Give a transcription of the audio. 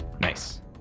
Nice